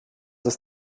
ist